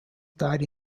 died